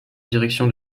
direction